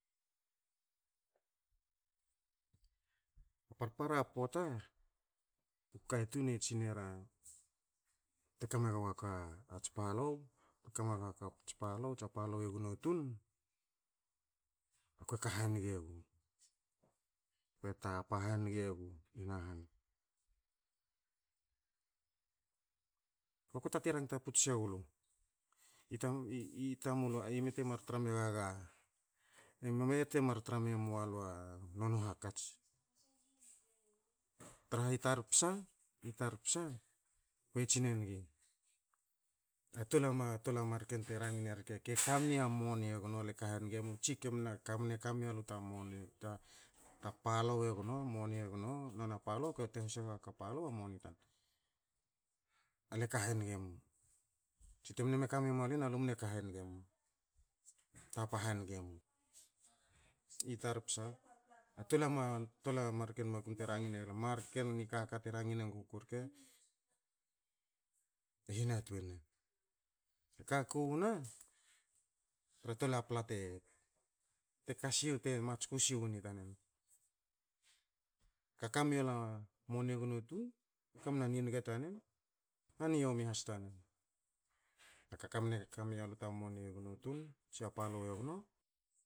Parpara poata, u katun e tsinera, teka megaku a tsi palou, te ka mega ko a tsi palou stia palou egno tun, akue ka hange nigi. A kue tapa hange gu, ba kute te tatin ranga puts se gulu,"i- i- i tamulu ime te mar tra me gaga ime te mar tra me malua nonu hakats?" Tra ha i tar psa- i tar psa, ko tsinengi, a tol a marken te rangine eri rke ke kamia moni le ka hange mu tsi kemne, kamne ka mialu ta moni ta, ta palou egno, moni egno, nonia palou te hose gaku a palou a moni tan, ale ka haniga mu. Tsi te mne ka me mualin, alu mne ka haniga mu, tapa haniga mu. I tar psa a tol- tol a marken makum te rangine guku rke. Marken nikaka te rangin enguku rke e hihana tweina. Ka kana tra tol a pla ke kasiwu te mar tsu siwoni taren. Ka ki mialuin a moni egno tun. E kamna niniga i tanen na niomi has tanen, na kamne ka mialu a moni egno tun, tsi a palou egno